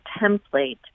template